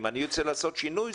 אם אני ארצה לעשות שינוי,